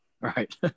Right